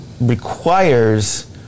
requires